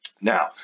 Now